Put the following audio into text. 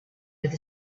with